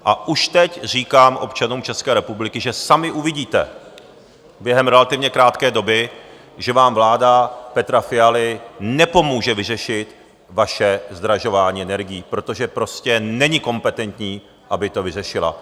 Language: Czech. A už teď říkám občanům České republiky, že sami uvidíte během relativně krátké doby, že vám vláda Petra Fialy nepomůže vyřešit vaše zdražování energií, protože prostě není kompetentní, aby to vyřešila.